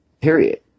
period